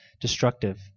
destructive